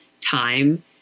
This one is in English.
time